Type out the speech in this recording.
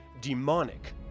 demonic